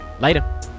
Later